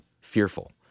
fearful